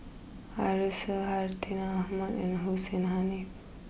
Arasu Hartinah Ahmad and Hussein Haniff